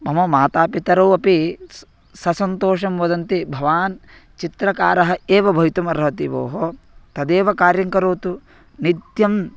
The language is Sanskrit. मम मातापितरौ अपि स् ससन्तोषं वदन्ति भवान् चित्रकारः एव भवितुमर्हति भोः तदेव कार्यं करोतु नित्यम्